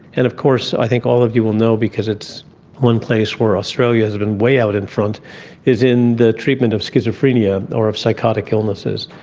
and of course i think all of you will know because it's one place where australia has been way out in front is in the treatment of schizophrenia or of psychotic illnesses.